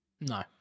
No